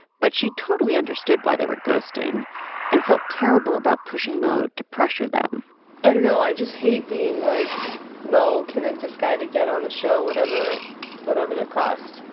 but she totally understood why they were ghosting and felt terrible about pushing mo to pressure them i don't know. i just hate being, like mo, convince this guy to get on the show whatever whatever the cost.